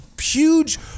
huge